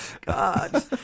God